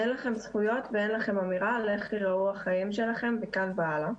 אין להם זכויות ואין לכם אמירה על איך ייראו החיים שלכם מכאן והלאה.